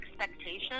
expectation